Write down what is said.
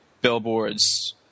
billboards